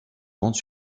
grandes